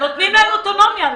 נותנים להם אוטונומיה,